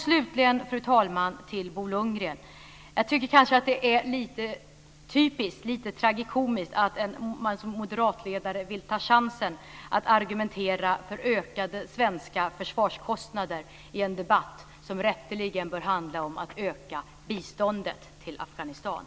Slutligen till Bo Lundgren: Jag tycker att det är lite tragikomiskt att man som moderatledare vill ta chansen att argumentera för ökade svenska försvarskostnader i en debatt som rätteligen bör handla om att öka biståndet till Afghanistan.